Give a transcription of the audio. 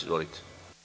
Izvolite.